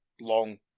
long